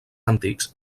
antics